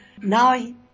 now